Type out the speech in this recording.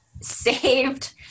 saved